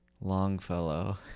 Longfellow